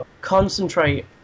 concentrate